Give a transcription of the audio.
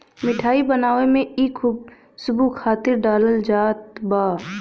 मिठाई बनावे में इ खुशबू खातिर डालल जात बा